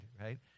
right